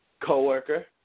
co-worker